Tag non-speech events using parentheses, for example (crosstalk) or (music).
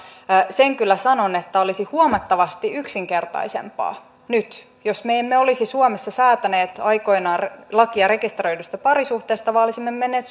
sen kyllä sanon että olisi huomattavasti yksinkertaisempaa nyt jos me emme olisi suomessa säätäneet aikoinaan lakia rekisteröidystä parisuhteesta vaan olisimme menneet (unintelligible)